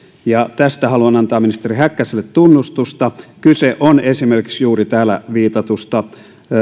ja tästä haluan antaa ministeri häkkäselle tunnustusta kyse on esimerkiksi juuri täällä viitatusta